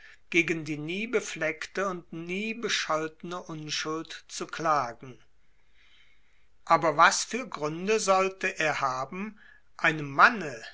gegen die nie befleckte und nie bescholtene unschuld zu klagen aber was für gründe sollte er haben einem manne